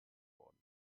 worden